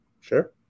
sure